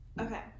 okay